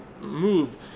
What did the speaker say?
move